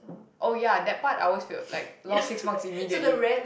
oh ya that part I always fail like lost six marks immediately